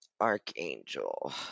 Archangel